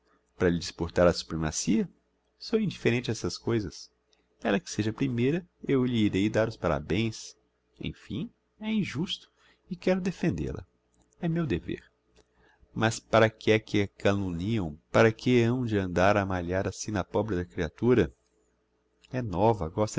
lhe disputar a supremacia sou indifferente a essas coisas ella que seja a primeira eu lhe irei dar os parabens emfim é injusto e quero defendêl a é meu dever mas para que é que a calumniam para que hão de andar a malhar assim na pobre da creatura é nova gosta